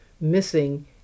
missing